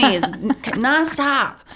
nonstop